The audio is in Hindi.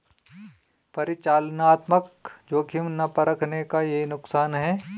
परिचालनात्मक जोखिम ना परखने का यही नुकसान है